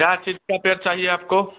क्या चीज़ का पेड़ चाहिए आपको